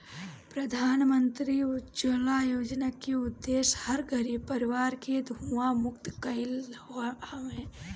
प्रधानमंत्री उज्ज्वला योजना के उद्देश्य हर गरीब परिवार के धुंआ मुक्त कईल हवे